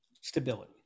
stability